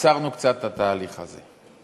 עצרנו קצת את התהליך הזה.